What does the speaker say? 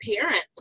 parents